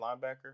linebacker